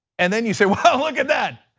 and then you say look at that,